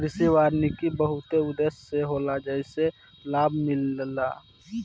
कृषि वानिकी बहुते उद्देश्य से होला जेइसे लाभ मिलेला